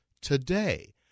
today